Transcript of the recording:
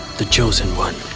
the chosen one.